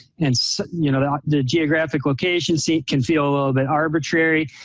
and so you know the geographic location seat can feel a little bit arbitrary.